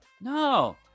no